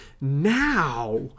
now